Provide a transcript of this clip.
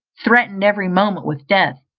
threatened every moment with death,